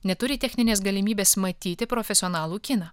neturi techninės galimybės matyti profesionalų kiną